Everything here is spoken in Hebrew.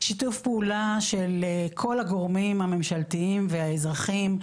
שיתוף פעולה של כל הגורמים הממשלתיים והאזרחיים,